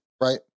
right